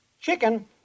Chicken